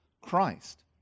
Christ